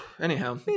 anyhow